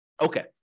Okay